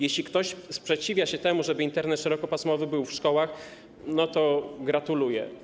Jeśli ktoś sprzeciwia się temu, żeby Internet szerokopasmowy był w szkołach, to gratuluję.